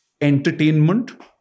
entertainment